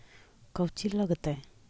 कौची लगतय?